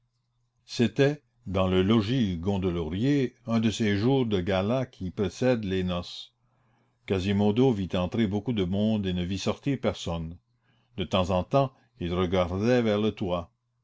c'était dans le logis gondelaurier un de ces jours de gala qui précèdent les noces quasimodo vit entrer beaucoup de monde et ne vit sortir personne de temps en temps il regardait vers le toit